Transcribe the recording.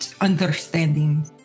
understanding